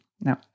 Now